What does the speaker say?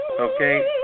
Okay